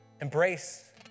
Embrace